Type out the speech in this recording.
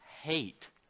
hate